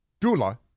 Dula